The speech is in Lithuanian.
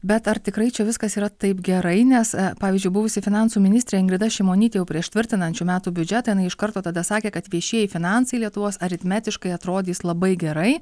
bet ar tikrai čia viskas yra taip gerai nes pavyzdžiui buvusi finansų ministrė ingrida šimonytė jau prieš tvirtinant šių metų biudžetą jinai iš karto tada sakė kad viešieji finansai lietuvos aritmetiškai atrodys labai gerai